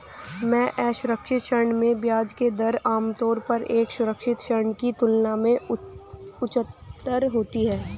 एक असुरक्षित ऋण में ब्याज की दर आमतौर पर एक सुरक्षित ऋण की तुलना में उच्चतर होती है?